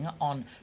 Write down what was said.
on